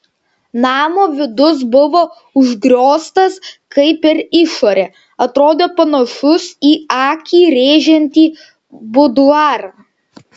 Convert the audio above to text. namo vidus buvo užgrioztas kaip ir išorė atrodė panašus į akį rėžiantį buduarą